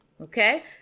Okay